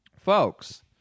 Folks